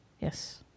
Yes